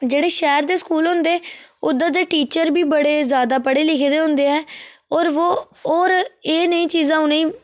जेह्ड़े शैहर दे स्कूल होंदे उद्धर दे टीचर बी बड़े ज्यादा पढ़े लिखे दे हुंदे ऐ और इयै नेही चीजां उनेंगी